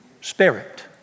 spirit